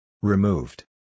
Removed